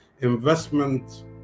investment